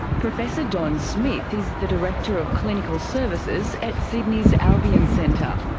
professor don smith is the director of clinical services at sydney's albion centre.